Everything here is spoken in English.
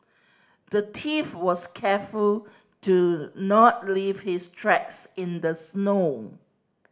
the thief was careful to not leave his tracks in the snow